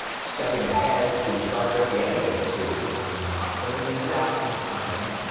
stepping ahead to star trek the animated series i'm not gonna leave it out this time